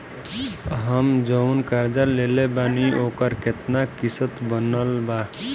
हम जऊन कर्जा लेले बानी ओकर केतना किश्त बनल बा?